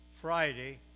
Friday